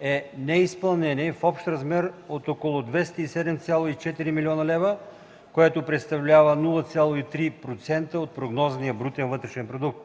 е неизпълнение в общ размер от около 207,4 млн. лв. (0,3% от прогнозния брутен вътрешен продукт).